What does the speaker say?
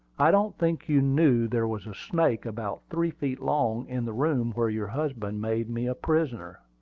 i don't think you knew there was a snake about three feet long in the room where your husband made me a prisoner.